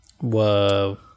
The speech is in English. Whoa